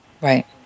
Right